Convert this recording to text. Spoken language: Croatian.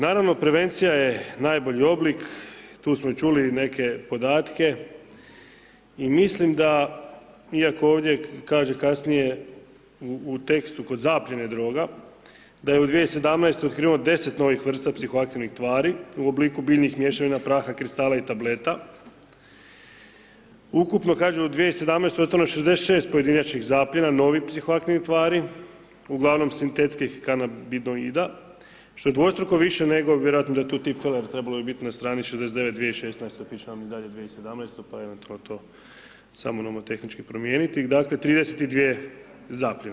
Naravno prevencija je najbolji oblik, tu smo i čuli neke podatke i mislim da iako ovdje kaže kasnije u tekstu kod zaplijene droga, da je u 2017. otkriveno 10 novih vrsta psihoaktivnih tvari u obliku biljnih mješavina, praha, kristala i tableta, ukupno kažem u 2017. ostalo je 66 pojedinačnih zapljena novih psihoaktivnih tvari, uglavnom sintetskih kanobidoida što je dvostruko više nego vjerojatno da je tu tipfeler, trebalo bi biti na strani 69. 2016., piše vam i dalje 2017, pa evo to je to, samo nomotehnički promijeniti, dakle 32 zapljene.